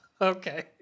Okay